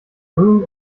rule